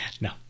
No